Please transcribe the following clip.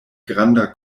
granda